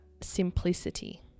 simplicity